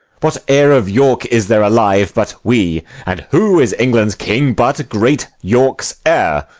what heir of york is there alive but we? and who is england's king but great york's heir?